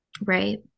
Right